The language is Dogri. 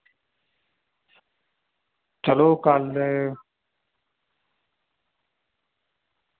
चलो कल